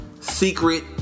secret